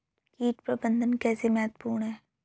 कीट प्रबंधन कैसे महत्वपूर्ण है?